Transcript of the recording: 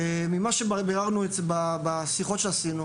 מבירורים ומשיחות שעשינו,